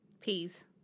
Peas